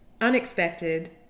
unexpected